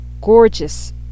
gorgeous